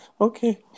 Okay